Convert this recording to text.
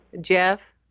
Jeff